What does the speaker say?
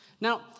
Now